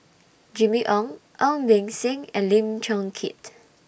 Jimmy Ong Ong Beng Seng and Lim Chong Keat